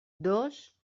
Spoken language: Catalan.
dos